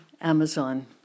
Amazon